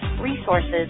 resources